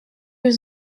was